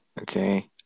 Okay